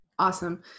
awesome